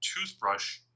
toothbrush